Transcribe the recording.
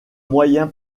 moyens